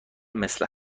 مثل